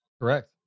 Correct